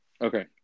Okay